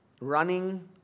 running